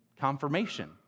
confirmation